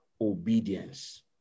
obedience